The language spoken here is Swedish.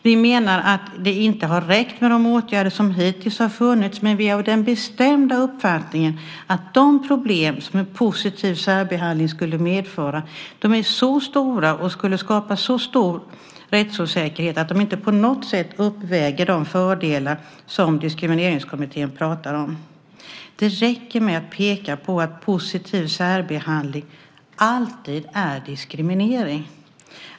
Vi menar att det inte har räckt med de åtgärder som hittills har vidtagits, men vi är av den bestämda uppfattningen att de problem som en positiv särbehandling skulle medföra är så stora och skulle skapa så stor rättsosäkerhet att de inte på något sätt uppvägs av de fördelar som Diskrimineringskommittén pratar om. Det räcker med att peka på att positiv särbehandling alltid är diskriminering.